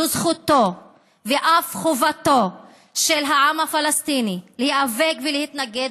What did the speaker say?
זו זכותו ואף חובתו של העם הפלסטיני להיאבק ולהתנגד